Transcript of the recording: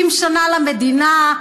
70 שנה למדינה,